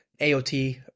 aot